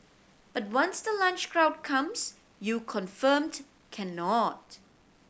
but once the lunch crowd comes you confirmed cannot